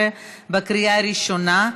2018, בקריאה ראשונה.